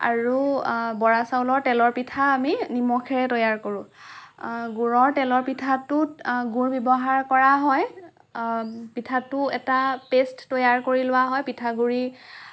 আৰু বৰা চাউলৰ তেলৰ পিঠা আমি নিমখেৰে তৈয়াৰ কৰোঁ গুৰৰ তেলৰ পিঠাটোত গুৰ ব্যৱহাৰ কৰা হয় পিঠাটো এটা পেষ্ট তৈয়াৰ কৰি লোৱা হয় পিঠাগুৰি